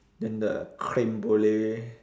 then the creme brulee